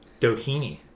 Doheny